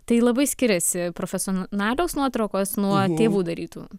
tai labai skiriasi profesionalios nuotraukos nuo tėvų darytų